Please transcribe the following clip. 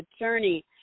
attorney